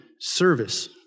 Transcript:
Service